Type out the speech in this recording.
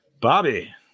Bobby